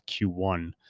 Q1